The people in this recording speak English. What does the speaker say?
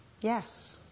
Yes